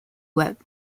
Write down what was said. webb